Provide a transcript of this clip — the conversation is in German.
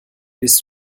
bist